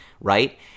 right